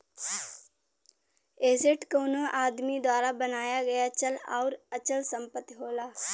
asset कउनो आदमी द्वारा बनाया गया चल आउर अचल संपत्ति होला